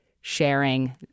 sharing